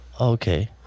Okay